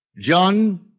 John